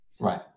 Right